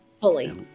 fully